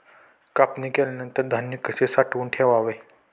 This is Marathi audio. कापणी केल्यानंतर धान्य कसे साठवून ठेवावे?